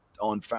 on